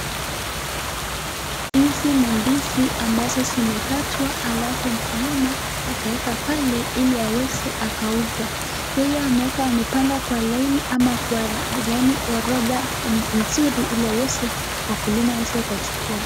Hizi ni ndizi ambazo zimekatwa alafu mkulima skaweja pale hili akaweze akauza, yeye ameweka amepanga kwa laini ama kwa orodha nzuri hili aweze wakulima akaweze akajukua.